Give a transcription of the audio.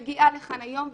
אני מגיעה לכאן היום,